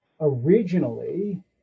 originally